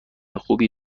خوبی